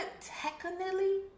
technically